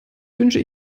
wünsche